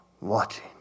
watching